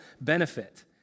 benefit